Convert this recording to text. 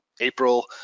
April